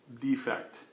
defect